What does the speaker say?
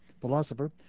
philosopher